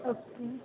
okay